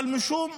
אבל משום מה,